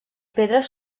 pedres